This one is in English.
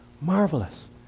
Marvelous